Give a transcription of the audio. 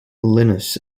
linus